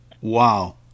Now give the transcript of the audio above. Wow